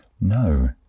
No